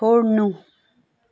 छोड्नु